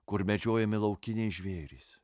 kur medžiojami laukiniai žvėrys